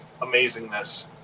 amazingness